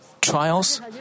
trials